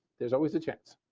there's always a chance.